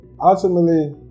Ultimately